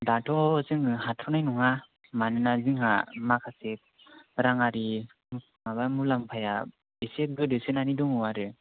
दाथ' जोङो हाथनाय नङा मानोना जोंहा माखासे रांआरि माबा मुलाम्फाया एसे गोदोसोनानै दं आरो